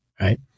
right